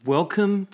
Welcome